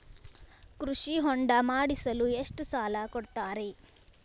ಕೃಷಿ ಹೊಂಡ ಮಾಡಿಸಲು ಎಷ್ಟು ಸಾಲ ಕೊಡ್ತಾರೆ?